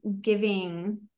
giving